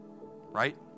right